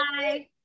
Bye